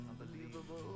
unbelievable